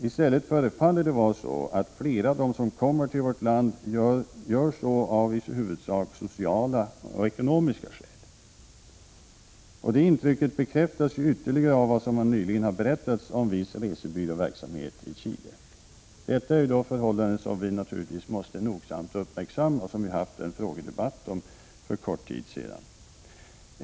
I stället förefaller det vara så att flera av dem som kommer till vårt land gör det av i huvudsak sociala och ekonomiska skäl. Det intrycket bekräftas ytterligare av vad som nyligen har berättats om viss resebyråverksamhet i Chile. Detta förhållande måste vi nogsamt uppmärksamma. Vi har också haft en frågedebatt om detta för en kort tid sedan.